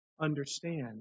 understand